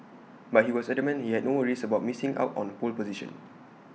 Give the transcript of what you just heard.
but he was adamant he had no worries about missing out on the pole position